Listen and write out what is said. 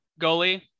goalie